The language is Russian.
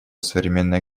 современное